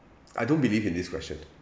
I don't believe in this question